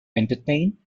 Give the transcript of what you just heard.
entertain